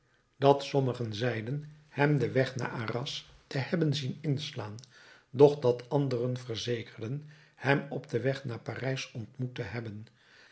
dat sommigen zeiden hem den weg naar arras te hebben zien inslaan doch dat anderen verzekerden hem op den weg naar parijs ontmoet te hebben